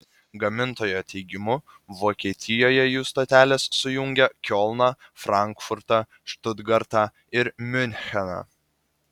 gamintojo teigimu vokietijoje jų stotelės sujungia kiolną frankfurtą štutgartą ir miuncheną